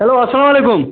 hello السلام علیکُم